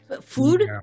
food